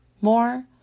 more